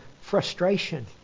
frustration